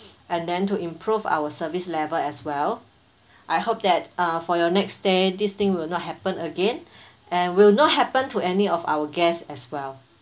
and then to improve our service level as well I hope that uh for your next stay this thing will not happen again and will not happen to any of our guests as well